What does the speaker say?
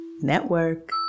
Network